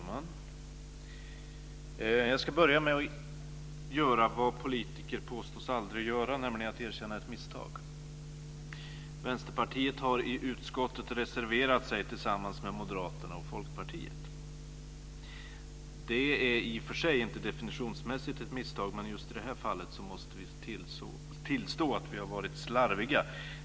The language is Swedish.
Fru talman! Jag ska inleda med att göra vad politiker påstås aldrig göra, nämligen att erkänna ett misstag. Vänsterpartiet har i utskottet reserverat sig tillsammans med Moderaterna och Folkpartiet. Detta är i och för sig inte definitionsmässigt ett misstag, men just i detta fall måste vi tillstå att vi har varit slarviga.